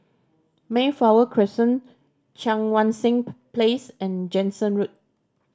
Mayflower Crescent Cheang Wan Seng Place and Jansen Road